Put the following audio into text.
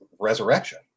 resurrection